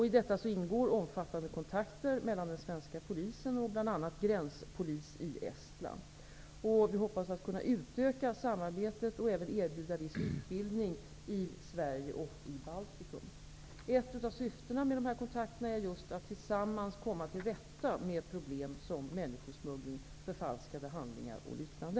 I detta ingår omfattande kontakter mellan den svenska polisen och bl.a. gränspolis i Estland. Vi hoppas att kunna utöka samarbetet och även erbjuda viss utbildning i Sverige och i Baltikum. Ett av syftena med dessa kontakter är just att tillsammans komma till rätta med problem som människosmuggling, förfalskade handlingar och liknande.